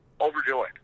overjoyed